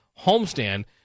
homestand